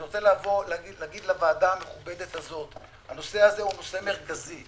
אני רוצה להגיד לוועדה המכובדת הזאת: הנושא הזה הוא נושא מרכזי.